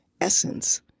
essence